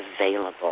available